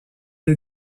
est